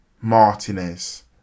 Martinez